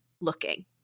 looking